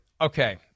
Okay